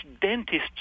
dentists